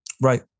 right